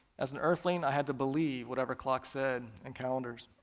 as an earthling i had to believe whatever clocks said, and calendars.